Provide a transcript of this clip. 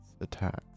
attacks